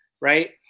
right